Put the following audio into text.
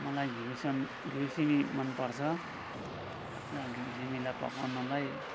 मलाई घिउ सम घिउ सिमी मन पर्छ र घिउ सिमीलाई पकाउनलाई